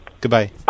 Goodbye